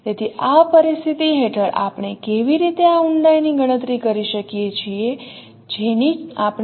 તેથી આ પરિસ્થિતિ હેઠળ આપણે કેવી રીતે આ ઊંડાઈની ગણતરી કરી શકીએ છીએ જેની આપણે ચર્ચા કરવા માંગીએ છીએ